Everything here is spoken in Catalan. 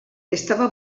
estava